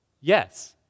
Yes